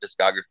discography